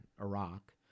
Iraq